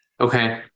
Okay